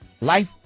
Life